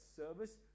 service